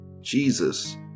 Jesus